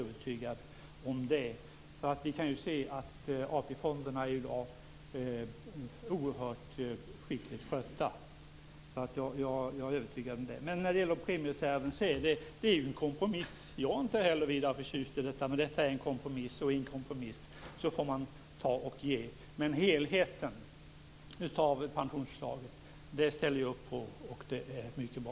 Vi kan ju se att AP-fonderna är oerhört skickligt skötta. Men uppgörelsen kring premiereserven är ju en kompromiss. Inte heller jag är vidare förtjust i detta, men i en kompromiss får man ta och ge. Men helheten i pensionsförslaget ställer jag upp på. Det är mycket bra.